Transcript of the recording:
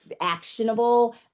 actionable